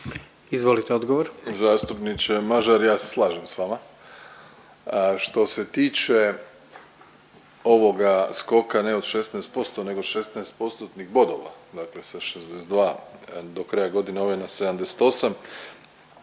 Andrej (HDZ)** Zastupniče Mažar ja se slažem s vama. Što se tiče ovoga skoka ne od 16% nego 16 postotnih bodova, dakle sa 62 do kraja godine ove na 78